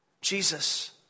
Jesus